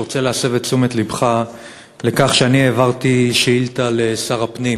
אני רוצה להסב את תשומת לבך לכך שאני העברתי שאילתה לשר הפנים